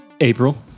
April